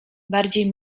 bardziej